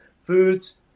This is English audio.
foods